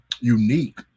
unique